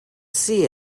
see